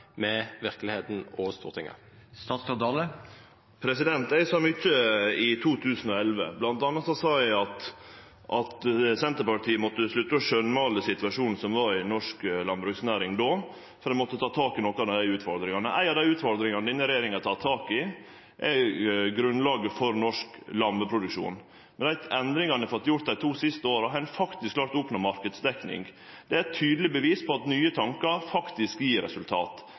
Eg sa mykje i 2011, bl.a. sa eg at Senterpartiet måtte slutte å skjønnmåle situasjonen som var i norsk landbruksnæring, og at ein måtte ta tak i nokre av utfordringane der. Ei av dei utfordringane denne regjeringa tek tak i, er grunnlaget for norsk lammeproduksjon. Med dei endringane vi har fått gjort dei siste to åra, har vi faktisk klart å oppnå marknadsdekning. Det er eit tydeleg bevis på at nye tankar faktisk gjev resultat.